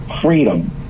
freedom